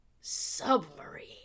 submarine